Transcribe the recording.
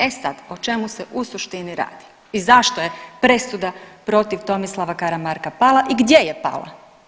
E sad, o čemu se u suštini radi i zašto je presuda protiv Tomislava Karamarka pala i gdje je pala?